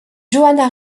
joanna